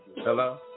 Hello